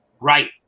right